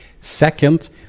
second